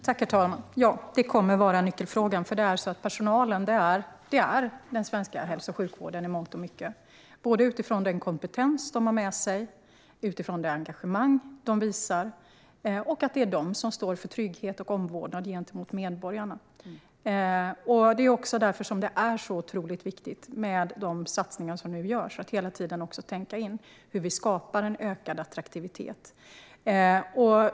Herr talman! Ja, det kommer att vara nyckelfrågan. Personalen är den svenska hälso och sjukvården i mångt och mycket, både utifrån den kompetens de har med sig och utifrån det engagemang de visar. Det är de som står för trygghet och omvårdnad gentemot medborgarna. Därför är det otroligt viktigt med de satsningar som nu görs och att hela tiden tänka på hur vi skapar ökad attraktivitet.